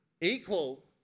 Equal